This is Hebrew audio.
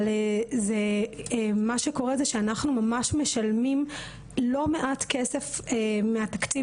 אבל מה שקורה זה שאנחנו ממש משלמים לא מעט כסף מהתקציב